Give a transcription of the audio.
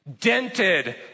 dented